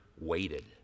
waited